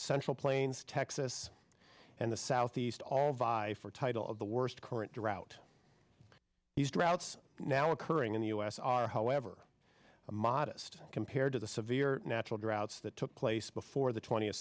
central plains texas and the southeast all vie for title of the worst current drought these droughts now occurring in the u s are however modest compared to the severe natural droughts that took place before the twentieth